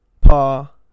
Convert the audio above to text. Pa